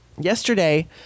Yesterday